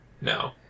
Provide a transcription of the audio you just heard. No